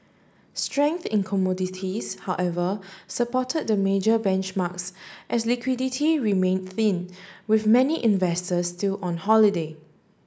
strength in commodities however supported the major benchmarks as liquidity remained thin with many investors still on holiday